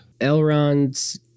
Elrond